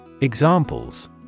Examples